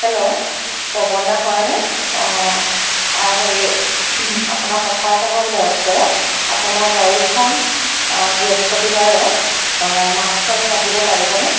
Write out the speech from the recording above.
hello Pawan দা হয়নে অঁ হেৰি আপোনাক কথা এটা ক'বলে আছে আপোনাৰ গাড়ীখন বৃহস্পতিবাৰে মাছখোৱালৈ আহিব পাৰিবনে